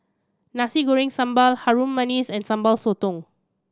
Nasi Goreng Sambal Harum Manis and Sambal Sotong